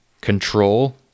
control